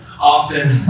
often